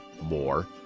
more